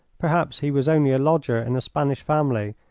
perhaps he was only a lodger in a spanish family,